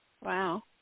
Wow